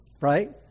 right